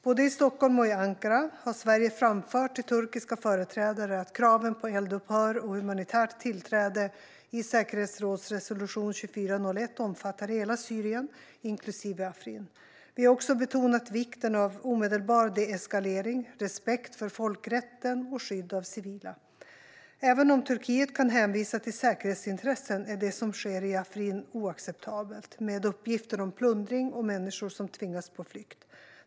Både i Stockholm och i Ankara har Sverige framfört till turkiska företrädare att kraven på eldupphör och humanitärt tillträde i säkerhetsrådsresolution 2401 omfattar hela Syrien, inklusive Afrin. Vi har också betonat vikten av omedelbar deeskalering, respekt för folkrätten och skydd av civila. Även om Turkiet kan hänvisa till säkerhetsintressen är det som sker i Afrin oacceptabelt. Det finns uppgifter om plundring och att människor tvingas på flykt.